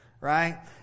right